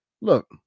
Look